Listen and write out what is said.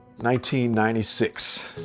1996